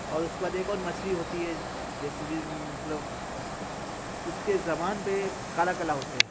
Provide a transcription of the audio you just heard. اور اس کے بعد ایک اور مچھلی ہوتی ہے جیسے مطلب اس کے زبان پہ کالا کالا ہوتے ہے